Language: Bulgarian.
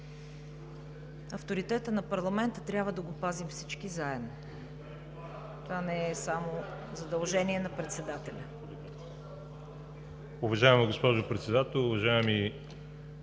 Авторитетът на парламента трябва да го пазим всички заедно! Това не е само задължение на председателя.